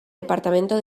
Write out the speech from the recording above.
departamento